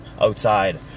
outside